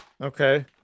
okay